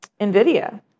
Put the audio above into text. NVIDIA